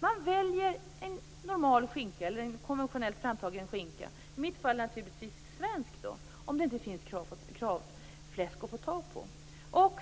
Man väljer en konventionellt framtagen skinka, i mitt fall naturligtvis svensk, om det inte finns Kravfläsk att få tag på.